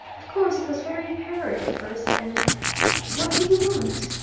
of course, it was very harried at first and what do you want?